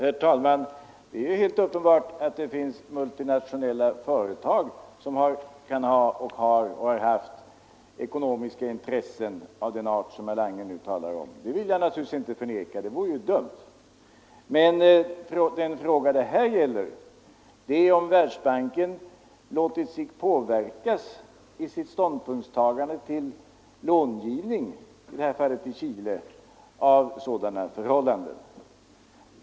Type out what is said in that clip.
Herr talman! Det är helt uppenbart att det finns multinationella företag som kan ha och har och har haft ekonomiska intressen av den art som herr Lange nu talar om. Det vill jag naturligtvis inte förneka. Men den fråga det här gäller är om Världsbanken låtit sig påverkas i sitt ståndpunktstagande till långivning — i det här fallet till Chile — av sådana förhållanden.